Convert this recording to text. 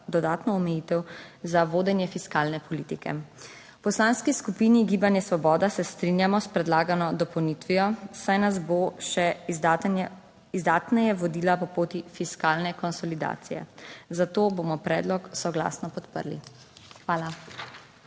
dodatno omejitev za vodenje fiskalne politike. V Poslanski skupini gibanje Svoboda se strinjamo s predlagano dopolnitvijo, saj nas bo še izdatneje vodila po poti fiskalne konsolidacije, zato bomo predlog soglasno podprli. Hvala.